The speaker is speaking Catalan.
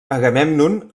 agamèmnon